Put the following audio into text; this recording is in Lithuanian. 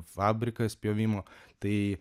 fabrikas pjovimo tai